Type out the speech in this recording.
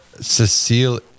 Cecile